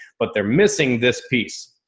but they're missing this piece.